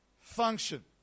function